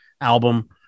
album